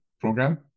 program